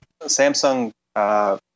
Samsung